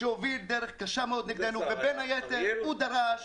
הוביל דרך קשה מאוד נגדנו ובין היתר הוא דרש